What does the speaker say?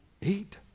Eat